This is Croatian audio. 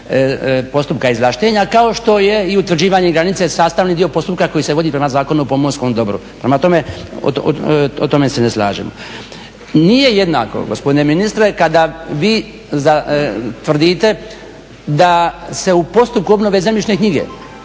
postupka izvlaštenja, kao što je i utvrđivanje granice sastavni dio postupka koji se vodi po Zakonu o pomorskom dobru. Prema tome, o tome se ne slažemo. Nije jednako gospodine ministre kada vi tvrdite da se u postupku obnove zemljišne knjige,